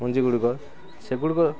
ମଞ୍ଜି ଗୁଡ଼ିକ ସେଗୁଡ଼ିକ